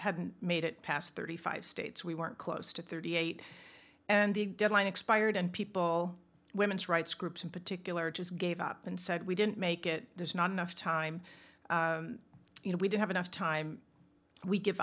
hadn't made it past thirty five states we weren't close to thirty eight and the deadline expired and people women's rights groups in particular just gave up and said we didn't make it there's not enough time you know we don't have enough time we give